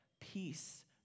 peace